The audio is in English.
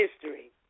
History